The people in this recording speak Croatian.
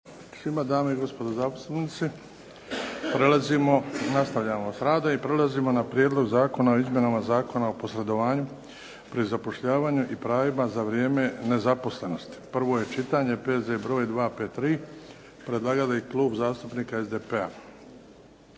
svima, dame i gospodo zastupnici. Prelazimo, nastavljamo da radom i prelazimo na: - Prijedlog zakona o izmjenama Zakona o posredovanju pri zapošljavanju i pravima za vrijeme nezaposlenosti – prvo čitanje, P.Z. br. 253, Predlagatelj: Klub zastupnika SDP-a;